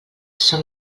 són